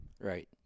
Right